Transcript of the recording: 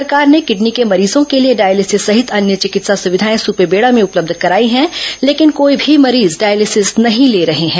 सरकार ने किडनी के मरीजों के लिए डायलिसिस सहित अन्य चिकित्सा सुविधाएं सुपेबेड़ा में उपलब्ध कराई है लेकिन कोई भी मरीज डायलिसिस नहीं ले रहे हैं